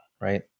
Right